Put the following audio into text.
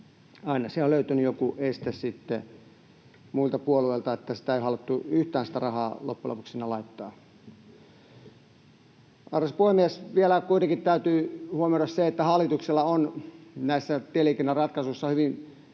Aina siihen on löytynyt muilta puolueilta joku este, että sitä rahaa ei ole haluttu loppujen lopuksi yhtään sinne laittaa. Arvoisa puhemies! Vielä kuitenkin täytyy huomioida se, että hallituksella on näissä tieliikenneratkaisuissa hyvin